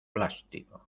plástico